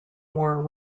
were